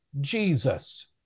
Jesus